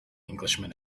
englishman